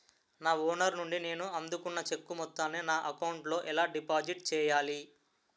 నా ఓనర్ నుండి నేను అందుకున్న చెక్కు మొత్తాన్ని నా అకౌంట్ లోఎలా డిపాజిట్ చేయాలి?